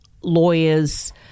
lawyers